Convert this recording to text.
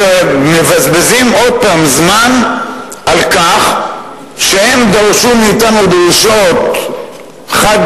שמבזבזים עוד פעם זמן על כך שהם דרשו מאתנו דרישות חד-צדדיות,